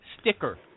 Sticker